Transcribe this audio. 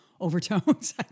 Overtones